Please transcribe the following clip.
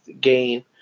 game